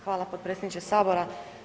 Hvala potpredsjedniče Sabora.